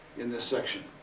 in this section.